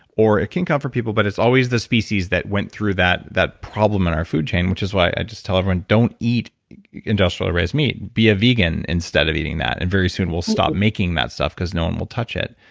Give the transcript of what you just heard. or it can come from people, but it's always the species that went through that that problem in our food chain, which is why i just tell everyone, don't eat industrially raised meat. be a vegan instead of eating that, and very soon we'll stop making that stuff because no one will touch it.